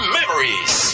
Memories